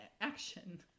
action